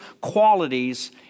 qualities